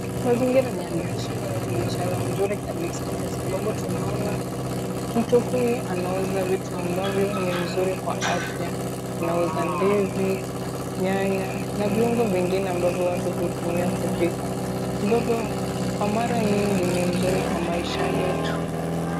Mazingira ni ya biashara. Biashara mzuri kabisaa, kwa sababu tunaona mtu huyu anauza vitu ambavyo ni mzuri kwa afya. Anauza ndizi, nyanya na viungo vingine ambavyo watu hutumia kupika, ambavyo kwa mara nyingi ni mzuri kwa maisha yetu.